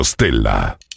Stella